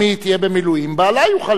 אם היא תהיה במילואים בעלה יוכל,